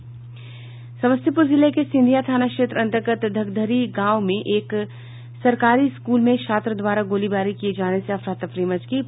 समस्तीपूर जिले के सिंधिया थाना क्षेत्र अंतर्गत धकधरी गांव में एक सरकारी स्कूल में छात्र द्वारा गोलीबारी किये जाने से अफरा तफरी मच गयी